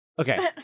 Okay